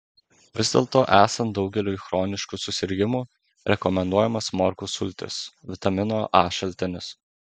vis dėlto esant daugeliui chroniškų susirgimų rekomenduojamos morkų sultys vitamino a šaltinis